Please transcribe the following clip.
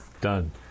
Done